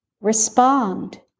respond